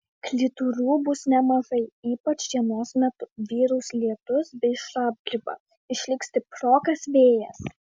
kritulių bus nemažai ypač dienos metu vyraus lietus bei šlapdriba išliks stiprokas vėjas